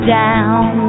down